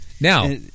Now